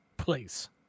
Please